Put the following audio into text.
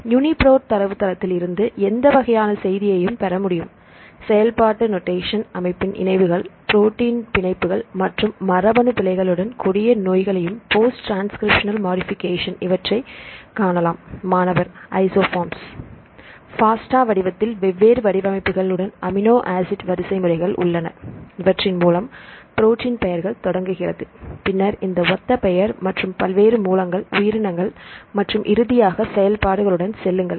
UniProt தரவுத்தளத்தில் இருந்து எந்த வகையான செய்தியையும் பெறமுடியும் செயல்பாட்டு நோடேஷன் அமைப்பின் இணைவுகள் புரோட்டின் இன் பிணைப்புகள் மற்றும் மரபனு பிழைகளுடன் கொடிய நோய்களையும் போஸ்ட் டிரன்ஸ்கிரிப்ஷனல் மாடிஃபிகேஷன் இவற்றை காணலாம் மாணவர் ஐசோஃபார்ம்ஸ் ஃபாஸ்டா வடிவத்தில் வெவ்வேறு வடிவமைப்புகள் உடன் அமினோ ஆசிட் வரிசை முறைகள் உள்ளன இவற்றின் மூலம் ப்ரோட்டீன் பெயர்கள் தொடங்குகிறது பின்னர் இந்த ஒத்த பெயர் மற்றும் பல்வேறு மூலங்கள் உயிரினங்கள் மற்றும் இறுதியாக செயல்பாடுகளுடன் செல்லுங்கள்